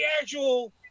actual